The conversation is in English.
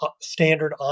standard